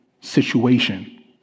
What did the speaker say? situation